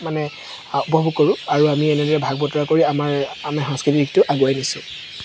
মানে উপভোগ কৰোঁ আৰু আমি এনেদৰে ভাগ বতৰা কৰি আমাৰ আমি সংস্কৃতিক দিশটো আগুৱাই নিছোঁ